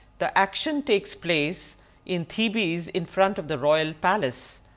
the action takes place in thebes in front of the royal palace.